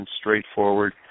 straightforward